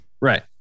Right